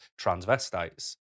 transvestites